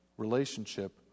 relationship